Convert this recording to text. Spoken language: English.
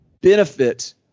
benefit